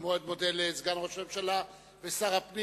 אני מאוד מודה לסגן ראש הממשלה ושר הפנים.